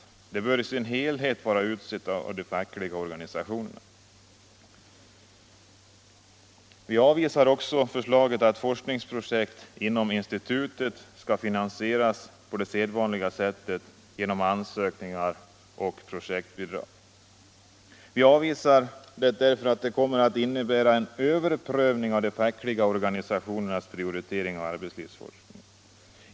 Den bör i sin helhet vara utsedd av de fackliga organisationerna. Vi avvisar också förslaget att forskningsprojekt inom institutet skall finansieras på sedvanligt sätt, genom ansökningar om projektbidrag. Vi avvisar det därför att det kommer att innebära en överprövning av de fackliga organisationernas prioritering av arbetslivsforskning.